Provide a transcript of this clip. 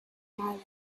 island